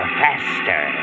faster